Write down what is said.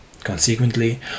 Consequently